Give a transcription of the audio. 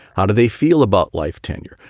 how do they feel about life tenure?